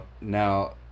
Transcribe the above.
Now